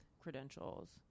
credentials